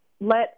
let